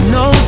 no